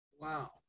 wow